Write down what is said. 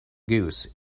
goose